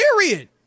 Period